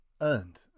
earned